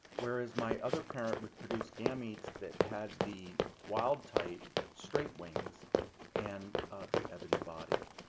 whereas my other parent would produce gametes that had the wild type straight wings and the ebony body.